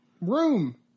room